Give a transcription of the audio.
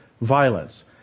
violence